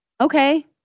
okay